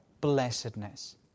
blessedness